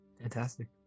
Fantastic